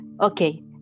Okay